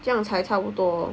这样才差不多